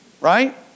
Right